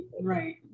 Right